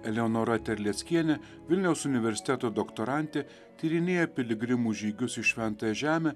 eleonora terleckienė vilniaus universiteto doktorantė tyrinėja piligrimų žygius į šventąją žemę